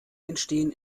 entstehen